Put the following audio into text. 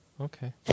Okay